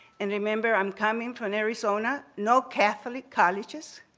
and remember i am coming from arizona, no catholic colleges